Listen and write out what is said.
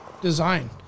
design